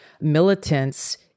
militants